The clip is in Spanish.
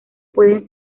pueden